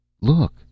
Look